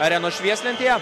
arenos švieslentėje